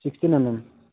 sixteen M M